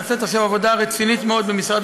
נעשית עכשיו עבודה רצינית מאוד במשרד